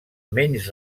menys